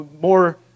more